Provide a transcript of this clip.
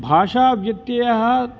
भाषा व्यत्ययः